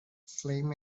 flame